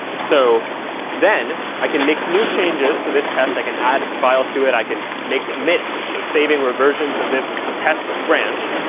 so then, i can make new changes to this test. i can add files to it. i can make commits, so saving reversions of this test branch,